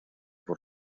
por